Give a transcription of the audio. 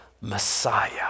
Messiah